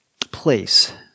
place